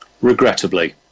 Regrettably